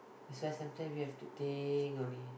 that's why sometime we have think on it